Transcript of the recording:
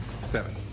Seven